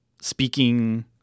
speaking –